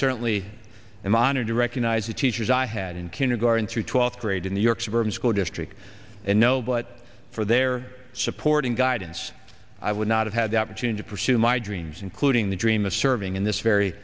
certainly am honored to recognize the teachers i had in kindergarten through twelfth grade in the york suburban school district and know but for their support and guidance i would not have had the opportunity to pursue my dreams including the dream of serving in this very